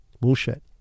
Bullshit